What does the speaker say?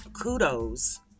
Kudos